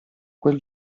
quel